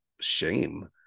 shame